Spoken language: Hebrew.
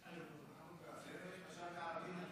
ההצעה להעביר את